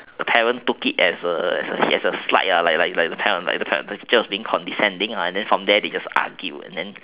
the parent took as a slight like the teacher was being condescending and then from there they just argue